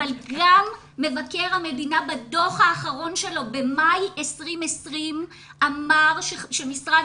אבל גם מבקר המדינה בדוח האחרון שלו במאי 2020 אמר שמשרד